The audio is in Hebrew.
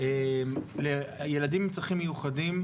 לילדים עם צרכים מיוחדים,